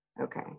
Okay